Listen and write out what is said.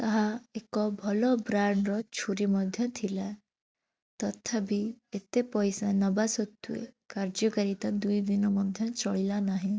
ତାହା ଏକ ଭଲ ବ୍ରାଣ୍ଡ୍ ର ଛୁରୀ ମଧ୍ୟ ଥିଲା ତଥାବି ଏତେ ପଇସା ନେବା ସତ୍ତ୍ୱେ କାର୍ଯ୍ୟକାରିତା ଦୁଇଦିନ ମଧ୍ୟ ଚଳିଲା ନାହିଁ